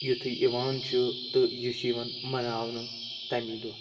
یِتھُے یِوان چھُ تہٕ یہِ چھُ یِوان مَناونہٕ تَمی دۄہ